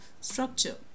structure